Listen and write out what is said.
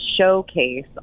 showcase